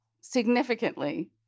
significantly